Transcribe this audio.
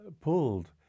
pulled